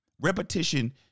repetition